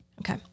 Okay